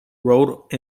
rolled